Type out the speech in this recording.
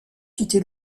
quitté